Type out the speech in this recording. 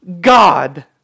God